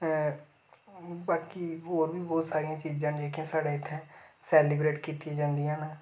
बाकी होर बी बोह्त सारियां चीजां न जेह्कियां साढ़ै इत्थै सैलीब्रेट कीतियां जंदियां न